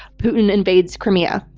putin invades crimea.